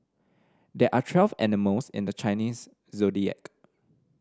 there are twelve animals in the Chinese Zodiac